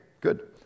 good